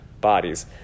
bodies